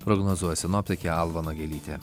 prognozuoja sinoptikė alva nagelytė